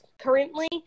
currently